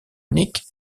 uniques